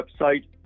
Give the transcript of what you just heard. website